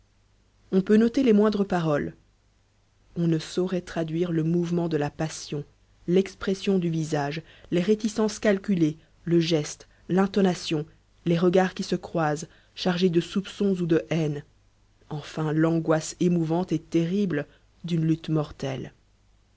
on peut noter les moindres paroles on ne saurait traduire le mouvement de la passion l'expression du visage les réticences calculées le geste l'intonation les regards qui se croisent chargés de soupçons ou de haine enfin l'angoisse émouvante et terrible d'une lutte mortelle